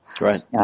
Right